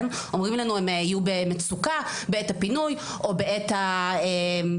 אומרים לנו שהן יהיו במצוקה בעת הפינוי או בעת הזריקות,